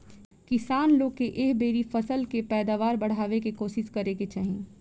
किसान लोग के एह बेरी फसल के पैदावार बढ़ावे के कोशिस करे के चाही